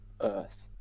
earth